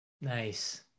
Nice